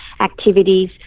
activities